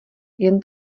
jen